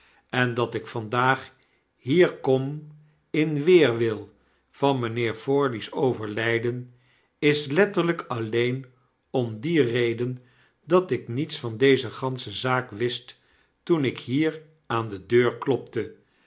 en dat ik vandaag hier kom in weerwii van mynheer forley's overladen is letterlyk alleen om die reden dat ik niets van deze gansche zaak wist toen ikhier aan de deur klopte